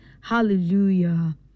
Hallelujah